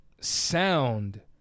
sound